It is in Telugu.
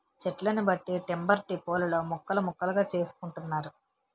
చెట్లను బట్టి టింబర్ డిపోలలో ముక్కలు ముక్కలుగా చేసుకుంటున్నారు